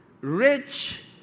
rich